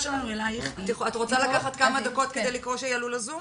את רוצה לקחת כמה דקות כדי שתעלה לזום?